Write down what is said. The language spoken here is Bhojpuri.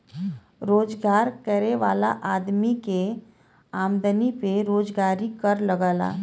रोजगार करे वाला आदमी के आमदमी पे रोजगारी कर लगला